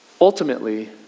Ultimately